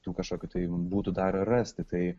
tų kažkokių tai būtų dar rasti tai